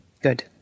Good